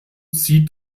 sieht